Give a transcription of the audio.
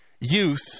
youth